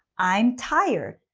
i'm tired.